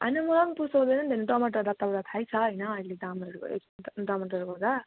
होइन मलाई पनि पोसाउँदैन नि त अनि टमाटर त तपाईँलाई थाहै छ होइन अहिले दामहरू एकदम टमाटरको त